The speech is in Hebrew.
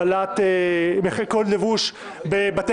לא על העיקרון של הגבלת קוד לבוש בבתי-המשפט,